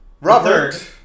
Robert